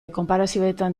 konparazioetan